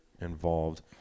involved